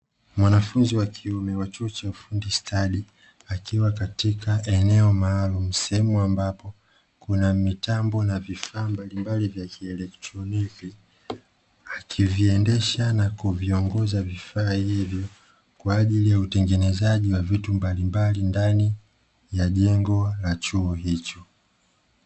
Mwanafunzi wa kiume wa chuo cha ufundi stadi akiwa katika eneo maalumu sehemu ambapo kuna mitambo na vifaa mbalimbali vya kielektroniki, akiviendesha na kuviongoza vifaa hivyo kwaajili ya utengenezaji wa vitu mbalimbali ndani ya jengo la chuo hicho.